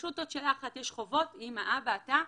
פשוט עוד שאלה אחת, יש חובות, אימא, אבא, אתה?